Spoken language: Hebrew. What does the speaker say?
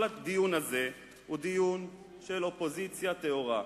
הדיון הזה הוא דיון של אופוזיציה טהורה.